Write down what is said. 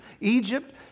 Egypt